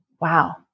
Wow